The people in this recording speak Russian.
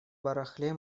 барахле